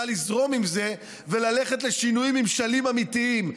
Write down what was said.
לזרום עם זה וללכת לשינויים ממשליים אמיתיים.